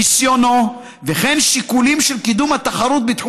ניסיונו וכן שיקולים של קידום התחרות בתחום